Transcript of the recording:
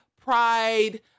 pride